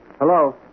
Hello